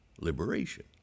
Liberation